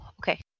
okay